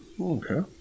okay